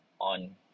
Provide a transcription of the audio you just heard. on